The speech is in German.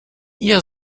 ihr